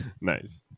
Nice